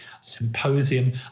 Symposium